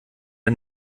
der